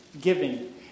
giving